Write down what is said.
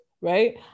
right